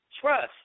Trust